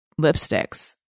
lipsticks